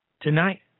tonight